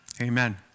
Amen